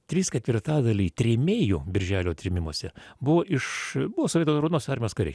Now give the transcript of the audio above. trys ketvirtadaliai trėmėjų birželio trėmimuose buvo iš buvo sovietų raudonosios armijos kariai